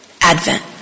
Advent